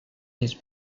his